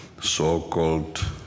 so-called